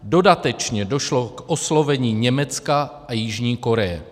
Dodatečně došlo k oslovení Německa a Jižní Koreje.